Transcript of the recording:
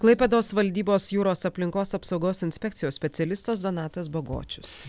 klaipėdos valdybos jūros aplinkos apsaugos inspekcijos specialistas donatas bagočius